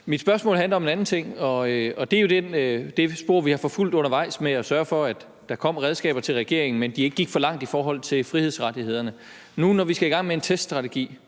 Mit spørgsmål handler om en anden ting, og det er det spor, vi har forfulgt undervejs, med at sørge for, at der kom redskaber til regeringen, men at de ikke gik for langt i forhold til frihedsrettighederne. Nu, hvor vi skal i gang med en teststrategi,